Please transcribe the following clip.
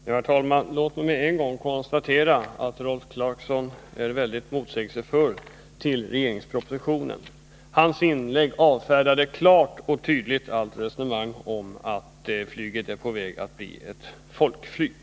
Herr talman! Låt mig med en gång konstatera att Rolf Clarkson är väldigt motsägelsefull i förhållande till regeringspropositionen. Genom hans inlägg avfärdades klart och tydligt allt resonemang om att flyget är på väg att bli ett folkflyg.